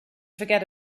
forget